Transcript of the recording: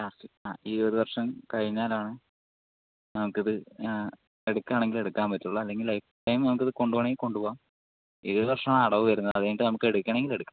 ആ ഈ ഒരുവർഷം കഴിഞ്ഞാലാണ് നമുക്കത് എടുക്കാണെങ്കിലും എടുക്കാൻ പറ്റുള്ളൂ അല്ലെങ്കിൽ ലൈഫ്ടൈം നമുക്കത് കൊണ്ടുപോകാം ഇരുപതുവർഷമാണ് അടവുവരുന്നത് അതുകഴിഞ്ഞിട്ട് നമ്മുക്ക് എടുക്കണമെങ്കിൽ എടുക്കാം